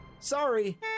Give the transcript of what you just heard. Sorry